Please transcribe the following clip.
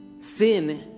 sin